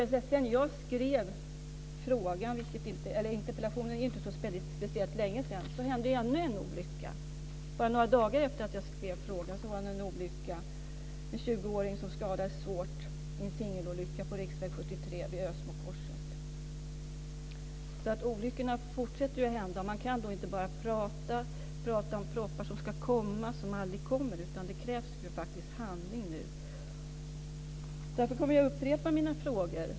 Sedan jag skrev interpellationen, och det var ju inte så väldigt länge sedan, har det hänt ännu en olycka. Bara några dagar efter att jag skrev interpellationen var det en olycka. Det var en 20-åring som skadades svårt i en singelolycka på riksväg 73 vid Ösmokorset. Så olyckorna fortsätter att hända, och man kan inte bara prata om propositioner som ska komma men som aldrig kommer. Det krävs faktiskt handling nu. Därför kommer jag att upprepa mina frågor.